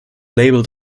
label